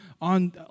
on